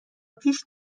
پیش